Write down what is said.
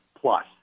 plus